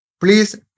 Please